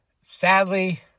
sadly